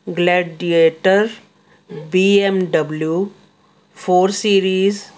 gladiator BMW four series